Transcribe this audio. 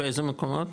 באיזה מקומות?